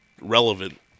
relevant